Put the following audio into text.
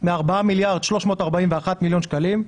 מארבעה מיליארד ו-341 מיליון שקלים,